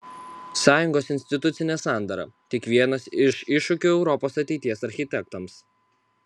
sąjungos institucinė sandara tik vienas iš iššūkių europos ateities architektams